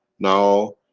now,